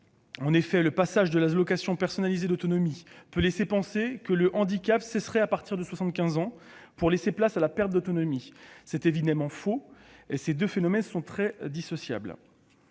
en effet, le passage à l'allocation personnalisée d'autonomie peut laisser penser que le handicap cesserait à 75 ans pour faire place à la perte d'autonomie. Or c'est évidemment faux, les deux phénomènes étant nettement dissociables.